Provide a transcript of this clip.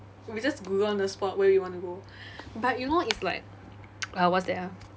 we just google on the spot where we want to go but you know it's like like what's that ah